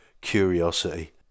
curiosity